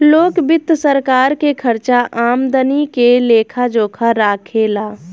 लोक वित्त सरकार के खर्चा आमदनी के लेखा जोखा राखे ला